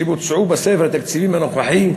שבוצעו בספר התקציבים הנוכחי,